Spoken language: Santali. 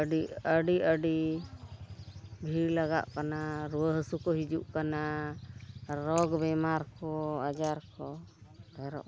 ᱟᱹᱰᱤ ᱟᱹᱰᱤ ᱟᱹᱰᱤ ᱵᱷᱤᱲ ᱞᱟᱜᱟᱜ ᱠᱟᱱᱟ ᱨᱩᱣᱟᱹ ᱦᱟᱹᱥᱩ ᱠᱚ ᱦᱤᱡᱩᱜ ᱠᱟᱱᱟ ᱨᱳᱜᱽ ᱵᱮᱢᱟᱨ ᱠᱚ ᱟᱡᱟᱨ ᱠᱚ ᱰᱷᱮᱨᱚᱜ ᱠᱟᱱᱟ